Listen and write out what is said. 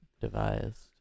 devised